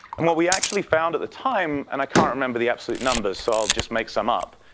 and what we actually found at the time, and i can't remember the absolute numbers so i'll just make some up.